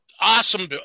awesome